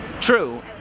True